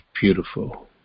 beautiful